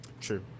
True